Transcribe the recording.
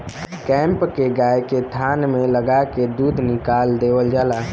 cap के गाय के थान में लगा के दूध निकाल लेवल जाला